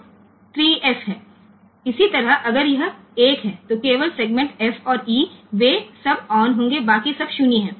તેવી જ રીતે જો તે 1 હોય તો માત્ર f અને e સેગમેન્ટ્સ ચાલુ કરવામાં આવશે અને બાકીના 0 હોય છે